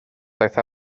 ddaeth